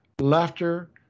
laughter